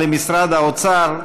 למשרד האוצר,